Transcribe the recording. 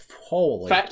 holy